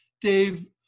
Dave